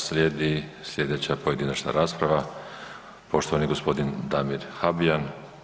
Slijedi sljedeća pojedinačna rasprava poštovani gospodin Damir Habijan.